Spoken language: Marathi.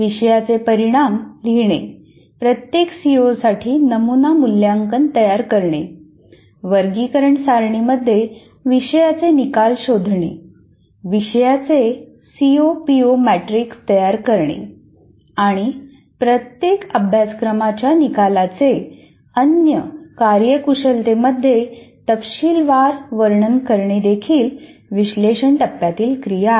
विषयाचे परिणाम लिहिणे प्रत्येक सीओसाठी नमुना मूल्यांकन तयार करणे वर्गीकरण सारणीमध्ये विषयाचे निकाल शोधणे विषयाचे सीओ पीओ मॅट्रिक्स तयार करणे आणि प्रत्येक अभ्यासक्रमाच्या निकालाचे अनेक कार्यकुशलतेमध्ये तपशीलवार वर्णन करणे देखील विश्लेषण टप्प्यातील क्रिया आहेत